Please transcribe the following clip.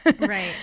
right